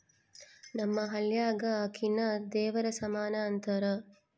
ನಮ್ಮ ಹಳ್ಯಾಗ ಅಕ್ಕಿನ ದೇವರ ಸಮಾನ ಅಂತಾರ